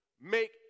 make